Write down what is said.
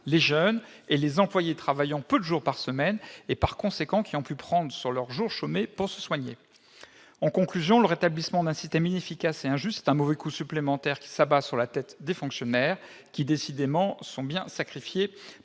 les jeunes et les employés travaillant peu de jours par semaine, qui ont pu prendre sur leurs jours chômés pour se soigner. En conclusion, je tiens à dire que le rétablissement d'un système inefficace et injuste est un mauvais coup supplémentaire qui s'abat sur la tête des fonctionnaires, lesquels sont bien les sacrifiés